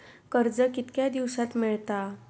कर्ज कितक्या दिवसात मेळता?